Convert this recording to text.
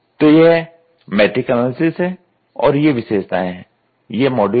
तो यह matrix analysis है और ये विशेषताएं हैं ये मॉड्यूल हैं